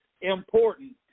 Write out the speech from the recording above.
important